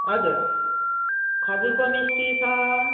हजुर खजुरको मिस्टी छ